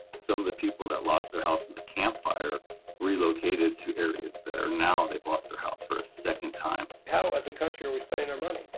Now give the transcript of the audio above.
some of the people that lost their house in the campfire relocated to areas that are now they've lost their house for a second time. how as a country are we spending our money?